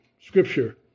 Scripture